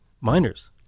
miners